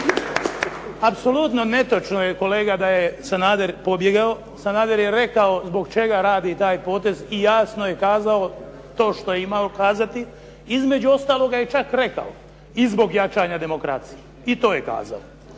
Apsolutno netočno je kolega da je Sanader pobjegao. Sanader je rekao zbog čega radi taj potez i jasno je kazao to što je imao kazati. Između ostaloga je čak rekao i zbog jačanja demokracije. I to je kazao.